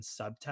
subtext